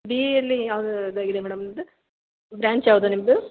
B ಎಯಲ್ಲಿ ಯಾವ್ದು ಇದು ಆಗಿದೆ ಮೇಡಮ್ ನಿಮ್ಮದು ಬ್ರಾಂಚ್ ಯಾವುದು ನಿಮ್ಮದು